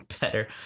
better